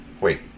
Wait